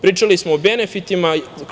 Pričali smo o benefitima.